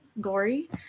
gory